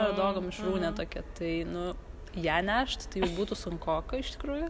ir dogo mišrūnė tokia tai nu ją nešt tai jau būtų sunkoka iš tikrųjų